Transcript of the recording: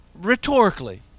rhetorically